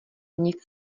nic